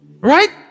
Right